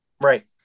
Right